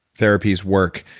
therapies work,